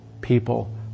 people